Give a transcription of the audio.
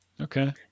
Okay